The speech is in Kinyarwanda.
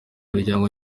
umuryango